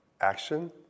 action